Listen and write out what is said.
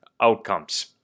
outcomes